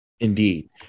Indeed